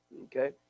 Okay